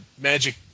magic